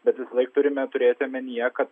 bet visąlaik turime turėti omenyje kad